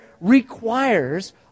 requires